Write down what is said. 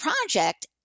project